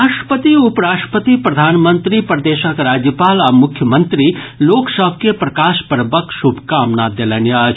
राष्ट्रपति उपराष्ट्रपति प्रधानमंत्री प्रदेशक राज्यपाल आ मुख्यमंत्री लोक सभ के प्रकाश पर्वक शुभकामना देलनि अछि